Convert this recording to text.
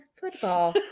football